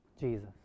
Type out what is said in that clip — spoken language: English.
Jesus